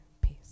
peace